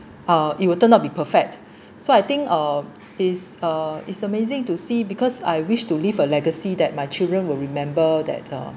uh it will turn out be perfect so I think uh is uh it's amazing to see because I wished to leave a legacy that my children will remember that uh